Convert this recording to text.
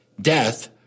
death